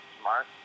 smart